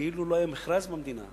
כאילו לא היה מכרז במדינה.